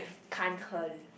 Cantho